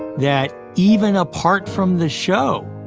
that even apart from the show,